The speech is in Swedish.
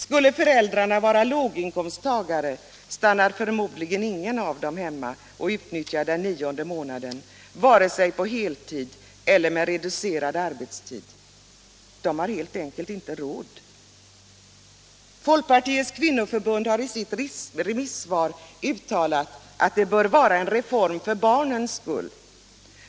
Skulle föräldrarna vara låginkomsttagare stannar förmodligen ingen av dem hemma och utnyttjar den nionde månaden vare sig på heltid eller med reducerad arbetstid —- de har helt enkelt inte råd. Folkpartiets kvinnoförbund har i sitt remissvar uttalat att detta bör vara en reform för barnens skull.